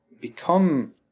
become